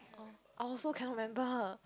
I also cannot remember